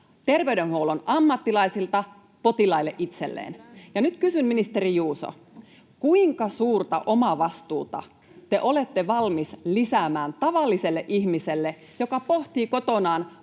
terveydenhuollon ammattilaisilta potilaille itselleen. Ja nyt kysyn, ministeri Juuso: kuinka suurta omavastuuta te olette valmis lisäämään tavalliselle ihmiselle, joka pohtii kotonaan,